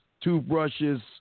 toothbrushes